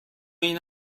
این